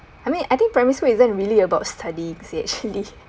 I mean I think primary school isn't really about studying actually